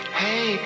hey